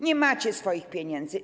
Nie macie swoich pieniędzy.